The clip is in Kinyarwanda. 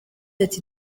ati